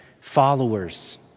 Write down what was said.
followers